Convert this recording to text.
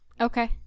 Okay